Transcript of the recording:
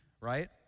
right